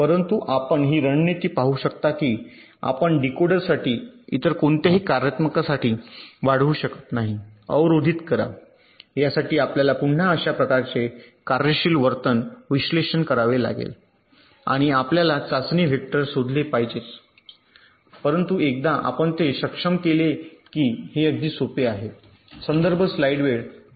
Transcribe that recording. परंतु आपण ही रणनीती पाहू शकता की आपण डीकोडरसाठी इतर कोणत्याही कार्यात्मकसाठी वाढवू शकत नाही अवरोधित करा यासाठी आपल्याला पुन्हा अशा प्रकारचे कार्यशील वर्तन विश्लेषण करावे लागेल आणि आपल्याला चाचणी वेक्टर शोधले पाहिजेत परंतु एकदा आपण ते सक्षम केले की हे अगदी सोपे आहे